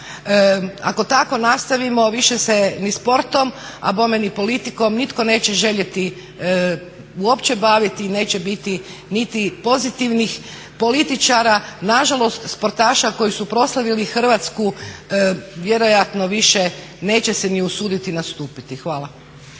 Ako tako nastavimo više se ni sportom, a bome ni politikom nitko neće željeti uopće baviti i neće biti niti pozitivnih političara, na žalost sportaša koji su proslavili Hrvatsku vjerojatno više neće se ni usuditi nastupiti. Hvala.